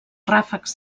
ràfecs